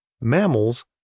Mammals